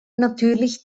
natürlich